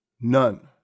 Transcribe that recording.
None